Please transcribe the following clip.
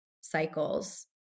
cycles